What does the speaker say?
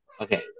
Okay